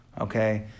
okay